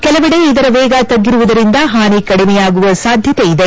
ಕೆಲವೆಡೆ ಇದರ ವೇಗ ತಗ್ಗಿರುವುದರಿಂದ ಹಾನಿ ಕಡಿಮೆಯಾಗುವ ಸಾಧ್ಯತೆ ಇದೆ